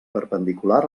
perpendicular